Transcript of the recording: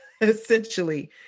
essentially